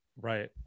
right